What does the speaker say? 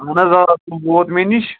اَہَن حظ آ سُہ ووت مےٚ نِش